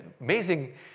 amazing